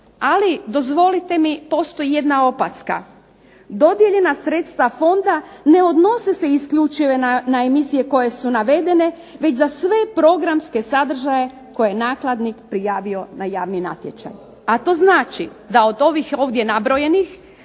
Ali dozvolite mi postoji jedna opaska. Dodijeljena sredstva fonda ne odnosi se isključivo na emisije koje su navedene već za sve programske sadržaje koje je nakladnik prijavio na javni natječaj. A to znači da od ovih ovdje nabrojenih